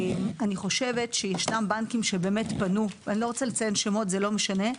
אני לא רוצה לציין שמות זה לא משנה,